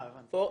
הבנתי.